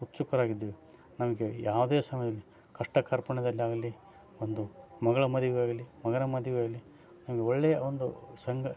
ಉತ್ಸುಕರಾಗಿದ್ದೀವಿ ನಮಗೆ ಯಾವುದೇ ಸಮಯಲ್ಲಿ ಕಷ್ಟ ಕಾರ್ಪಣ್ಯದಲ್ಲಿ ಆಗಲಿ ಒಂದು ಮಗಳ ಮದುವೆ ಆಗಲಿ ಮಗನ ಮಸುವೆ ಆಗಲಿ ಒಂದು ಒಳ್ಳೆಯ ಒಂದು ಸಂಘ